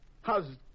How's